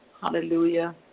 Hallelujah